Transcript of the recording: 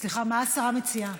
סליחה, מה השרה מציעה?